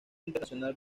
internacional